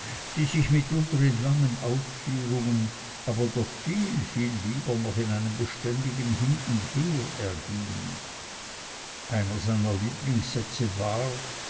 die sich mitunter in langen ausführungen aber doch viel viel lieber noch in einem beständigen hin und her erging einer seiner lieblingssätze war